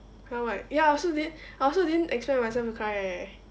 !huh! what ya I also didn't I also didn't expect myself to cry eh